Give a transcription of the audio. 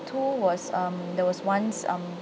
two was um there was once um